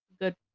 good